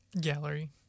Gallery